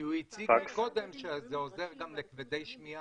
כי דיבר קודם יובל וגנר ואמר שהחוק הזה עוזר גם לכבדי שמיעה.